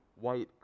white